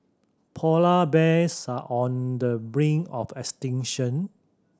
polar bears are on the brink of extinction